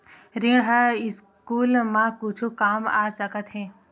ऋण ह स्कूल मा कुछु काम आ सकत हे?